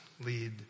lead